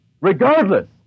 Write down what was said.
Regardless